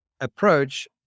approach